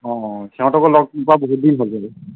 সিহতঁকো লগ নোপোৱা বহু দিন হ'ল মোৰো